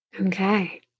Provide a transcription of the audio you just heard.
Okay